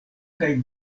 kaj